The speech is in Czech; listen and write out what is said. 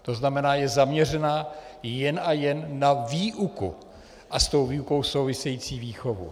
To znamená, je zaměřená jen a jen na výuku a s tou výukou související výchovu.